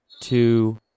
two